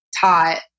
taught